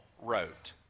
wrote